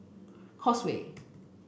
Causeway